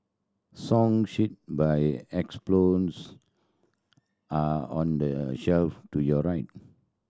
song sheet by are on the shelf to your right